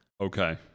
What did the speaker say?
Okay